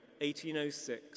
1806